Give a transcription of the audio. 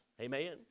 Amen